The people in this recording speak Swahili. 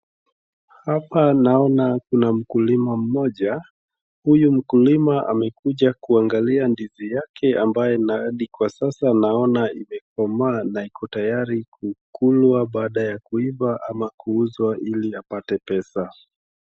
Hapa naona kuna mkulima mmoja. Huyu mkulima amekuja kuangalia ndizi yake ambaye na hadi kwa sasa naona imekomaa na iko tayari kukulwa baada ya kuiva ama kuuzwa ili apate pesa.